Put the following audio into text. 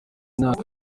myaka